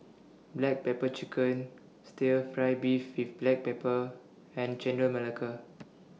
Black Pepper Chicken Stir Fry Beef with Black Pepper and Chendol Melaka